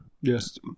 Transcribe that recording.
yes